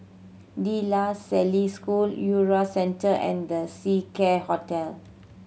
De La Salle School URA Centre and The Seacare Hotel